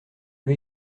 lui